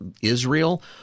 Israel—